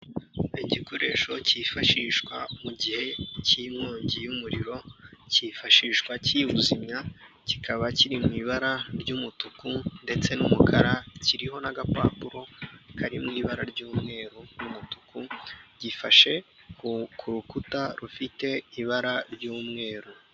Igikoresho cyifashishwa mu gihe cy'inkongi y'umuriro cyifashishwa kivuzimya, kikaba kiri mu ibara ry'umutuku ndetse n'umukara kiriho n'agapapuro kari mu ibara ry'umweru n'umutuku gifashe ku ku rukuta rufite ibara ry'umweru.